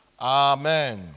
Amen